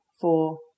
four